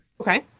Okay